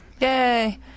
Yay